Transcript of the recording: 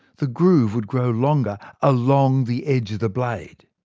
the groove would grow longer along the edge of the blade.